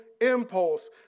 impulse